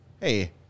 hey